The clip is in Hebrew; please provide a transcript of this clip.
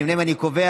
אני לפחות